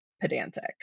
pedantic